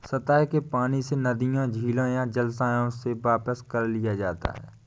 सतह के पानी से नदियों झीलों या जलाशयों से वापस ले लिया जाता है